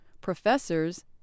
professors